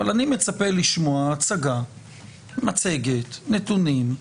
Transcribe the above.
אבל אני מצפה לשמוע הצגה, מצגת, נתונים,